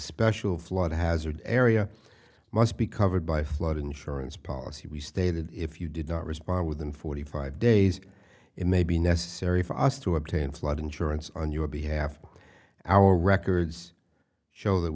special flood hazard area must be covered by flood insurance policy restated if you did not respond within forty five days it may be necessary for us to obtain flood insurance on your behalf our records show that